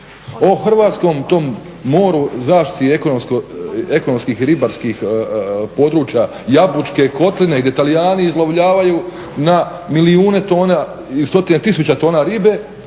o hrvatskom tom moru zaštiti i ekonomskih ribarskih područja, Jabučke kotline gdje Talijani izlovljavaju na milijuna tona i stotine tisuća tona ribe,